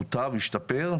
השתפר,